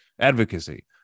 advocacy